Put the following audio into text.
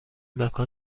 مکان